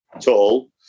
tall